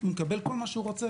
והוא מקבל כול מה שהוא רוצה.